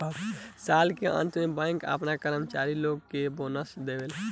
साल के अंत में बैंक आपना कर्मचारी लोग के बोनस देवेला